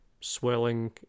swelling